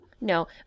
No